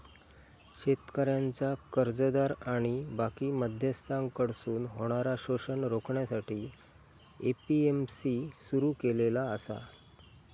शेतकऱ्यांचा कर्जदार आणि बाकी मध्यस्थांकडसून होणारा शोषण रोखण्यासाठी ए.पी.एम.सी सुरू केलेला आसा